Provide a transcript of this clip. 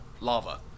Lava